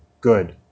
good